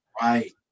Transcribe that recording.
Right